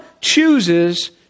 chooses